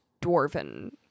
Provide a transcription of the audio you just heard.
dwarven